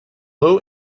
low